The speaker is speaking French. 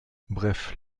bref